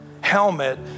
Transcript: helmet